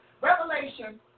Revelation